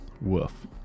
Woof